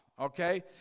okay